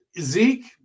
Zeke